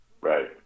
Right